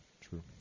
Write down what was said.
True